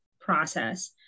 process